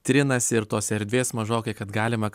trinasi ir tos erdvės mažokai kad galima